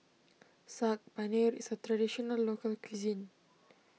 Saag Paneer is a Traditional Local Cuisine